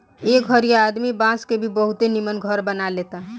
एह घरीया आदमी बांस के भी बहुते निमन घर बना लेता